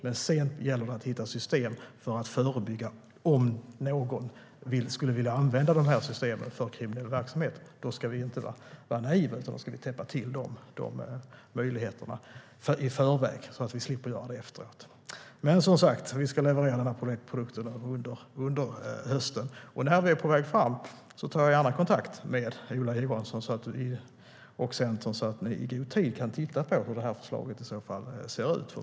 Men sedan gäller det att hitta system för att förebygga kriminell verksamhet om någon skulle vilja använda dessa system för det. Då ska vi inte vara naiva utan täppa till dessa möjligheter i förväg så att vi slipper göra det efteråt. Men, som sagt, vi ska leverera denna produkt under hösten. När vi är på väg fram tar jag gärna kontakt med Ola Johansson och Centern så att ni i god tid kan titta på hur detta förslag ser ut.